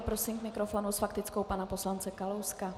Prosím k mikrofonu s faktickou pana poslance Kalouska.